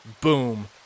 Boom